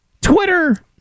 Twitter